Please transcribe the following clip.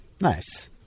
Nice